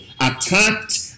attacked